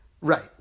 Right